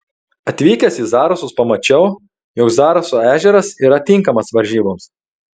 atvykęs į zarasus pamačiau jog zaraso ežeras yra tinkamas varžyboms